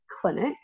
clinic